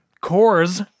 cores